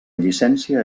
llicència